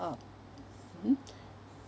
oh mm